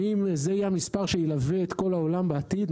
האם זה יהיה המספר שילווה את כל העולם בעתיד?